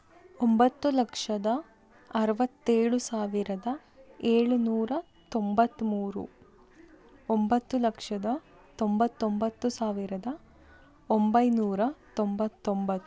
ಒಂಬತ್ತು ಲಕ್ಷದ ಅರವತ್ತೇಳು ಸಾವಿರದ ಏಳುನೂರ ತೊಂಬತ್ತ್ಮೂರು ಒಂಬತ್ತು ಲಕ್ಷದ ತೊಂಬತ್ತೊಂಬತ್ತು ಸಾವಿರದ ಒಂಬೈನೂರ ತೊಂಬತ್ತೊಂಬತ್ತು